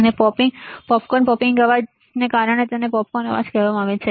અને popcorn popping જેવા અવાજ ને કારણે તેને પોપકોર્ન અવાજ પણ કહેવામાં આવે છે